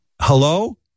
Hello